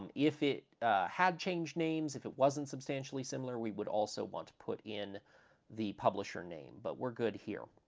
and if it had changed names, if it wasn't substantially similar, we would also want to put in the publisher name, but we're good here.